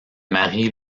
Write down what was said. marie